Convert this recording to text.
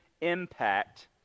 impact